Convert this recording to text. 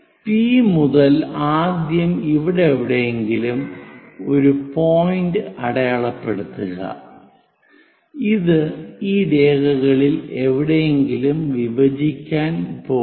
P മുതൽ ആദ്യം ഇവിടെ എവിടെയെങ്കിലും ഒരു പോയിന്റ് അടയാളപ്പെടുത്തുക ഇത് ഈ രേഖകളിൽ എവിടെയെങ്കിലും വിഭജിക്കാൻ പോകുന്നു